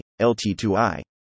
LT2I